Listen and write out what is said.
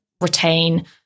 retain